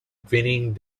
grinning